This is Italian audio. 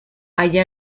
agli